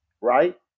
right